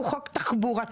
חיים וסביבה,